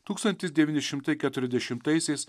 tūkstantis devyni šimtai keturiasdešimtaisiais